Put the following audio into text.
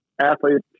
athletes